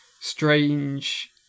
strange